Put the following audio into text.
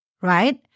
Right